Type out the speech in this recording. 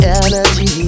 energy